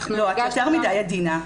לא, את יותר מדי עדינה.